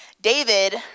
David